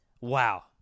Wow